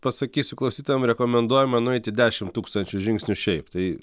pasakysiu klausytojam rekomenduojama nueiti dešim tūkstančių žingsnių šiaip tai